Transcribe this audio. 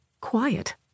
quiet